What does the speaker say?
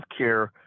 Healthcare